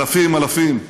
אלפים-אלפים.